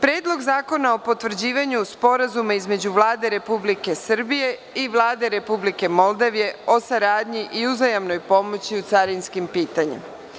Predlog zakona o potvrđivanju Sporazuma između Vlade Republike Srbije i Vlade Republike Moldavije o saradnji i uzajamnoj pomoći u carinskim pitanjima.